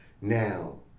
Now